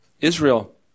Israel